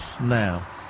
now